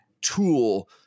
tool